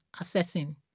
assessing